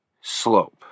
slope